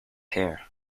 hair